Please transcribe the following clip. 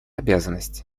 обязанность